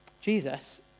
Jesus